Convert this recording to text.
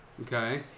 Okay